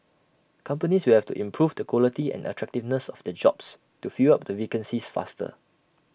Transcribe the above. companies will have to improve the quality and attractiveness of their jobs to fill up their vacancies faster